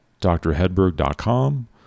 drhedberg.com